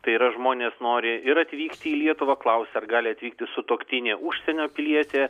tai yra žmonės nori ir atvykti į lietuvą klausia ar gali atvykti sutuoktinė užsienio pilietė